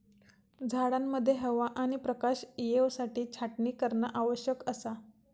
झाडांमध्ये हवा आणि प्रकाश येवसाठी छाटणी करणा आवश्यक असा